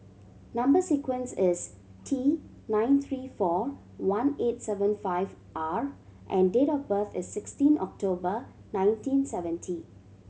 number sequence is T nine three four one eight seven five R and date of birth is sixteen October nineteen seventy